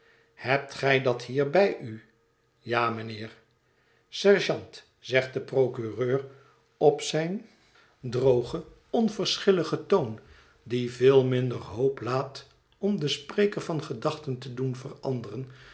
hebt gij dat hier bij u ja mijnheer sergeant zegt de procureur op zijn drogen onverschilligen toon die veel minder hoop laat om den spreker van gedachten te doen veranderen